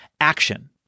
action